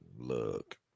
look